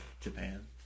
Japan